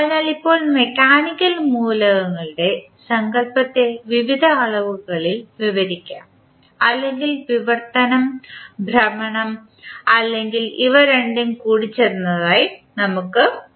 അതിനാൽ ഇപ്പോൾ മെക്കാനിക്കൽ മൂലകങ്ങളുടെ സങ്കല്പത്തെ വിവിധ അളവുകളിൽ വിവരിക്കാം അല്ലെങ്കിൽ വിവർത്തനം ഭ്രമണം അല്ലെങ്കിൽ ഇവ രണ്ടും കൂടിച്ചേർന്നതായി നമുക്ക് പറയാം